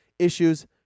Issues